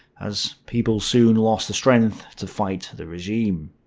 as people soon lost the strength to fight the regime.